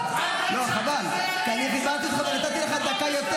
על פשע כזה אי-אפשר לשתוק.